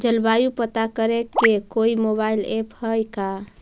जलवायु पता करे के कोइ मोबाईल ऐप है का?